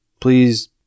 please